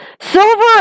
Silver